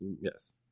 yes